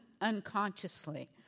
unconsciously